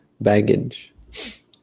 baggage